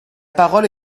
parole